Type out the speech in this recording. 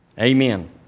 Amen